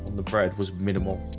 the bread was minimal